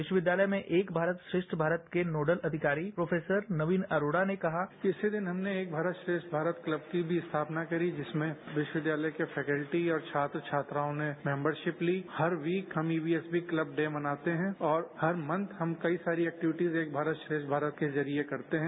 विश्वविद्यालय में एक भारत श्रेष्ठ भारत के नोडल अधिकारी प्रोफेसर नवीन अरोडा ने कहा इसी दिन हमने एक भारत श्रेष्ठ भारत क्लब की भी स्थापना करी जिसमें विश्वविद्यालय के फैकल्टी और छात्र छात्राओं ने मेम्बरशिप ली हर वीक हम ईवीएसवी क्लब डे मनाते हैं और हर मंथ हम कई सारी एक्टिविटीज एक भारत श्रेष्ठ भारत के जरिए हम करते हैं